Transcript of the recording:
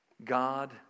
God